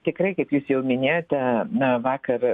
tikrai kaip jūs jau minėjote na vakar